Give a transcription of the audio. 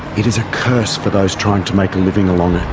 it is a curse for those trying to make a living along it.